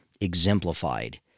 exemplified